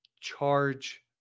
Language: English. charge